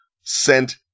sent